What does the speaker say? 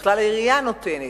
בכלל העירייה נותנת.